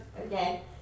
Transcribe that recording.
Okay